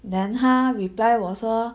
then 她 reply 我说